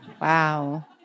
wow